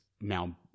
now